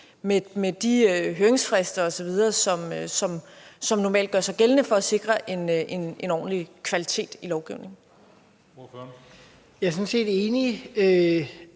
med de høringsfrister osv., som normalt gør sig gældende for at sikre en ordentlig kvalitet i loven? Kl. 18:58 Tredje